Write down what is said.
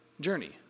journey